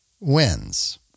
wins